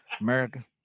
America